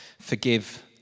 Forgive